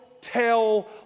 tell